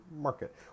market